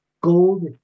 gold